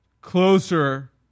closer